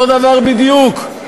אותו דבר בדיוק.